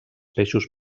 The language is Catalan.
peixos